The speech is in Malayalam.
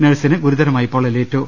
നഴ്സിന് ഗുരുതരമായി പൊളളലേറ്റു